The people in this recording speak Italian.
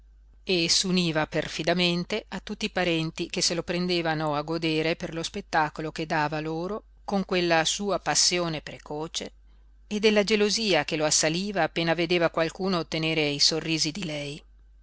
e s'univa perfidamente a tutti i parenti che se lo prendevano a godere per lo spettacolo che dava loro con quella sua passione precoce e della gelosia che lo assaliva appena vedeva qualcuno ottenere i sorrisi di lei